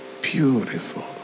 beautiful